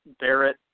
Barrett